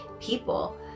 people